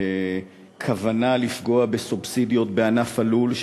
הכוונה לפגוע בסובסידיות בענף הלול,